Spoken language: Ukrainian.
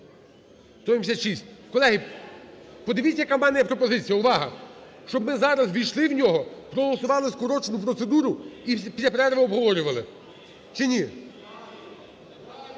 Колеги, подивіться, яка у мене є пропозиція, увага! Щоб ми зараз ввійшли в нього, проголосували скорочену процедуру і після перерви обговорювали чи ні?